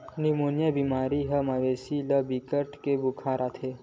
pneumonia बेमारी म मवेशी ल बिकट के बुखार आथे